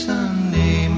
Sunday